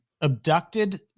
abducted